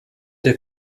der